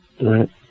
Right